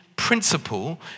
principle